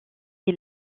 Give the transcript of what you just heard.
est